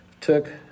took